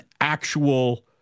actual